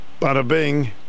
bada-bing